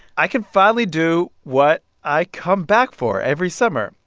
i can finally do what i come back for every summer.